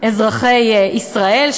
אזרחי ישראל,